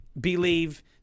believe